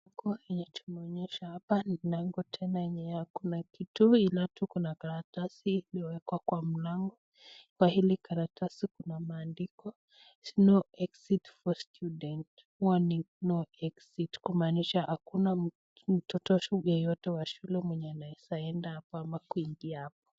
Picha inatuonyesha hapa ni lango tena yenye hakuna kitu ila tu kuna karatasi iliwekwa kwa mlango. Kwa hili karatasi kuna maandiko. No exit(cs) for student. Huwa ni no exit(cs). kumaanisha hakuna mtoto wa shule yeyote wa shule mwenye anaweza enda hapo ama kuingia hapo.